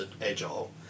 agile